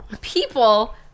people